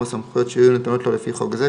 הסמכויות שיהיו נתונות לו לפי חוק זה,